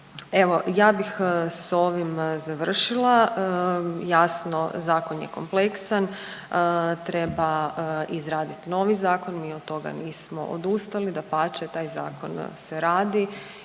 Evo, ja bih s ovim završila. Jasno, Zakon je kompleksan, treba izraditi novi Zakon i mi od toga nismo odustali, dapače, taj Zakon se radi